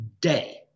day